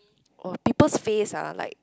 oh people's face ah like